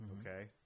okay